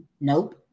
Nope